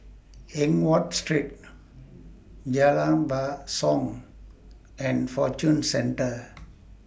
Eng Watt Street Jalan Basong and Fortune Centre